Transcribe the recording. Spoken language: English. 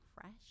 fresh